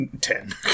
Ten